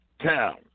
town